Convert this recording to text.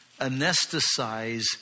anesthetize